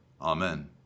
Amen